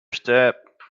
step